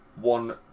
one